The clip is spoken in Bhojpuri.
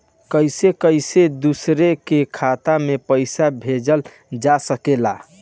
कईसे कईसे दूसरे के खाता में पईसा भेजल जा सकेला?